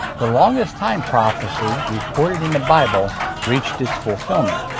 the longest time prophecy recorded in the bible reached its fulfillment.